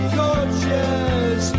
gorgeous